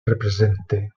represente